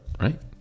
right